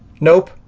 nope